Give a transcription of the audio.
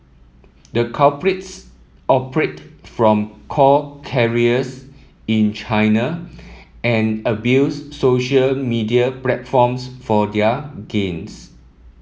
the culprits operated from call in China and abused social media platforms for their gains